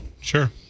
Sure